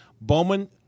Bowman